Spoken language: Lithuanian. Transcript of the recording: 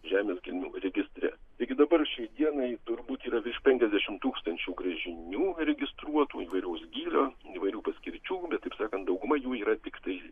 žemės gelmių registre taigi dabar šiai dienai turbūt yra virš penkiasdešim tūkstančių gręžinių įregistruotų įvairaus gylio įvairių paskirčių bet taip sakant dauguma jų yra tiktai